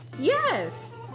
Yes